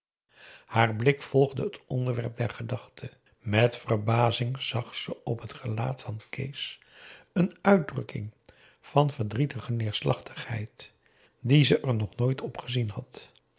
haar blik volgde het onderwerp der gedachte met verbazing zag ze op het gelaat van kees een uitdrukking van verdrietige neerslachtigheid die ze er nog nooit op gezien had